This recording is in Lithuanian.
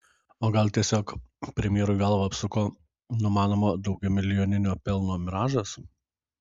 o gal tiesiog premjerui galvą apsuko numanomo daugiamilijoninio pelno miražas